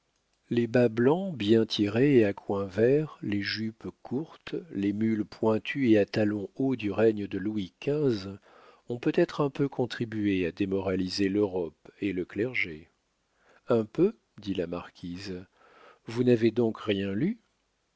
les bas blancs bien tirés et à coins verts les jupes courtes les mules pointues et à talons hauts du règne de louis xv ont peut-être un peu contribué à démoraliser l'europe et le clergé un peu dit la marquise vous n'avez donc rien lu